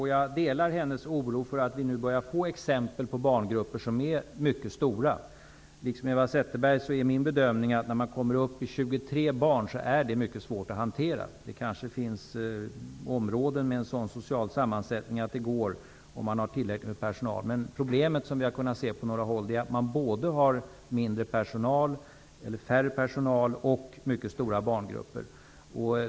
Jag delar hennes oro för att vi nu börjar få mycket stora barngrupper. Liksom Eva Zetterberg gör också jag bedömningen att det är mycket svårt att hantera grupper som har uppemot 23 barn. Det finns kanske områden som har en sådan social sammansättning att det går om det finns tillräckligt med personal. Men problemet är, det har vi kunnat se på några håll, att man har en mindre personal och mycket stora barngrupper.